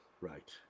Right